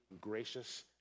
gracious